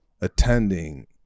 attending